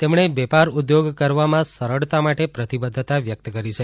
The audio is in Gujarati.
તેમણે વેપાર ઉધોગ કરવામાં સરળતાં માટે પ્રતિબધ્ધ્તાં વ્યકત કરી છે